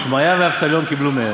שמעיה ואבטליון קיבלו מהם.